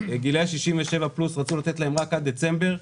רצו לתת לגילאי 67 פלוס רק עד דצמבר,